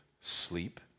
sleep